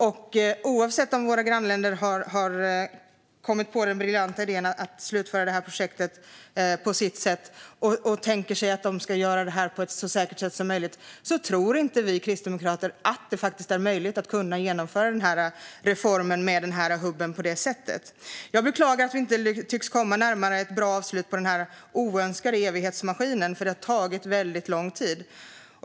Och oavsett om våra grannländer har kommit på den briljanta idén att slutföra detta projekt på sitt sätt och tänker sig att de ska göra det på ett så säkert sätt som möjligt tror inte vi kristdemokrater att det är möjligt att genomföra reformen med hubben på det sättet. Jag beklagar att vi inte tycks komma närmare ett bra avslut när det gäller denna oönskade evighetsmaskin, för det har tagit väldigt lång tid.